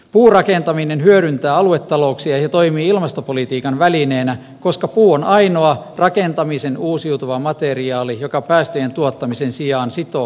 puurakentaminen hyödyntää aluetalouksia ja toimii ilmastopolitiikan välineenä koska puu on ainoa rakentamisen uusiutuva materiaali joka päästöjen tuottamisen sijaan sitoo hiiltä